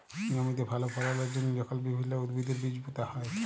জমিতে ভাল ফললের জ্যনহে যখল বিভিল্ল্য উদ্ভিদের বীজ পুঁতা হ্যয়